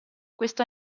questo